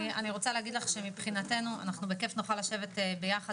אנחנו בכיף נוכל לשבת יחד,